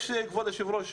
כבוד היושב ראש,